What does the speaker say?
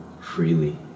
freely